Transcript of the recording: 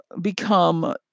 become